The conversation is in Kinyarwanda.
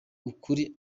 ukuri